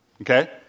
Okay